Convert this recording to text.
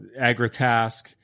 AgriTask